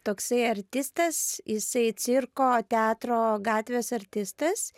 toksai artistas jisai cirko teatro gatvės artistas